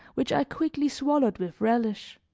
which i quickly swallowed with relish.